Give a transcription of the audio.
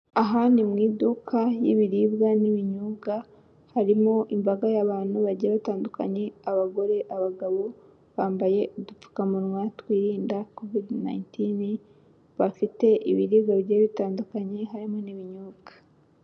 Aha ni mu iduka ry'ibiribwa n'ibinyobwa, harimo imbaga y'abantu bagiye batandukanye abagore, abagabo. Bambaye udupfukamunwa twirinda COVID-19. Bafite ibiribwa bigiye bitandukanye harimo n'ibinyobwa.